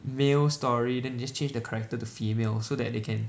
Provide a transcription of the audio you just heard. male story then they just change the character to female so that they can